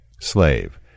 Slave